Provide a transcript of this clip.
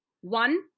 one